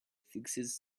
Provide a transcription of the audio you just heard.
fixes